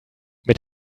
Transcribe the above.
mit